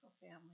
family